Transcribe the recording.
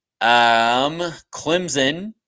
Clemson